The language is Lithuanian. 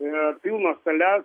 ir pilnas sales